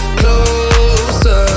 closer